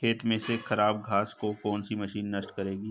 खेत में से खराब घास को कौन सी मशीन नष्ट करेगी?